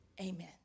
amen